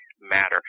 matter